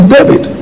David